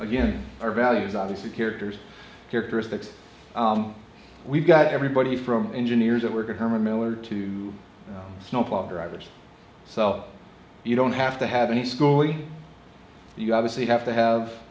again our values obviously character's characteristics we've got everybody from engineers that work at herman miller to snowplow drivers so you don't have to have any scully you obviously have to have